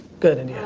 good, india,